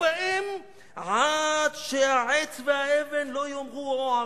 בהם עד שהעץ והאבן לא יאמרו הו ערבי"